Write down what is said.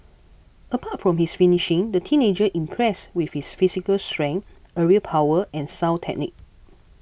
apart from his finishing the teenager impressed with his physical strength aerial power and sound technique